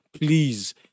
Please